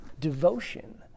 devotion